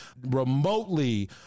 remotely